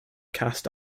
cast